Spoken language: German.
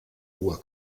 hoher